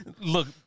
Look